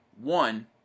one